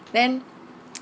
then